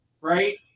right